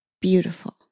Beautiful